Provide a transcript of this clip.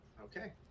Okay